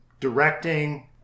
directing